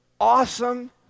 awesome